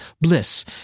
bliss